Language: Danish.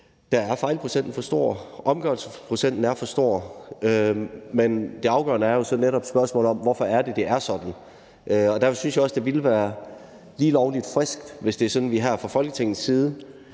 så er fejlprocenten for stor og omgørelsesprocenten er for stor, men det afgørende spørgsmål er jo så netop, hvorfor det er sådan. Derfor synes jeg også, det vil være lige lovlig frisk, hvis vi fra Folketingets side